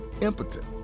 impotent